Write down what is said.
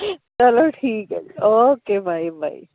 ਚਲੋ ਠੀਕ ਐ ਜੀ ਓਕੇ ਬਾਏ ਬਾਏ